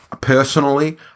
Personally